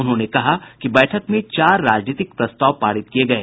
उन्होंने कहा कि बैठक में चार राजनीतिक प्रस्ताव पारित किये गये